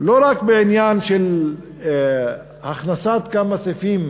לא רק בעניין של הכנסת כמה סעיפים,